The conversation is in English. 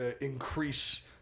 increase